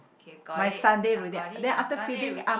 okay got it I got it your Sunday routine